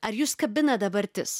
ar jus kabina dabartis